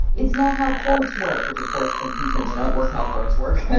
it's not how courts work which, of course, impeachments don't work how courts work.